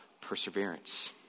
perseverance